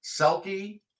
Selkie